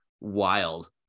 wild